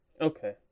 Okay